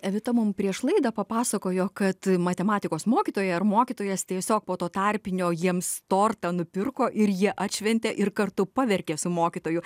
evita mum prieš laidą papasakojo kad matematikos mokytoja ar mokytojas tiesiog po to tarpinio jiems tortą nupirko ir jie atšventė ir kartu paverkė su mokytoju